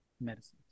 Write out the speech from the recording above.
medicines